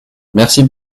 merci